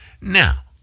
Now